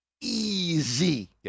easy